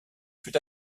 fut